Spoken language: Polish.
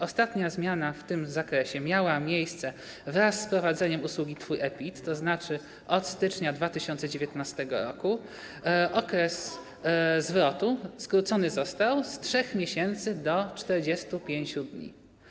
Ostatnia zmiana w tym zakresie miała miejsce wraz z wprowadzeniem usługi Twój e-PIT, tzn. od stycznia 2019 r. okres zwrotu skrócony został z 3 miesięcy do 45 dni.